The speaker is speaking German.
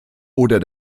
oder